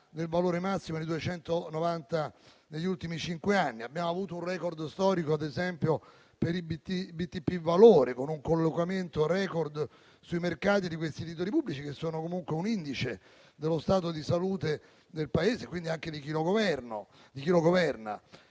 del valore massimo di 290 degli ultimi cinque anni; abbiamo avuto un record storico, ad esempio, per i BTP valore, con un collocamento record sui mercati di questi titoli pubblici, che sono comunque un indice dello stato di salute del Paese, quindi anche di chi lo governa.